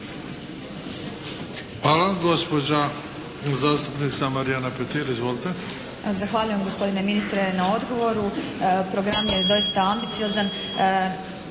Hvala. Gospodin ministar